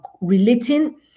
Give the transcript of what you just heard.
relating